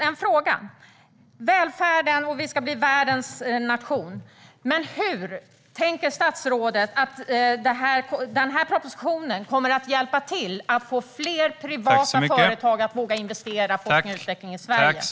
Det handlar om välfärden och att vi ska bli en världsledande nation. Hur tänker statsrådet att denna proposition kommer att bidra till att vi får fler privata företag att våga investera i forskning och utveckling i Sverige?